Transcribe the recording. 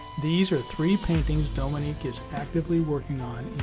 these are three paintings dominique is actively working on